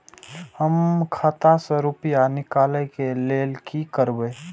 हम खाता से रुपया निकले के लेल की करबे?